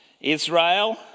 Israel